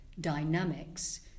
dynamics